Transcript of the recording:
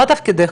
ומה תפקידך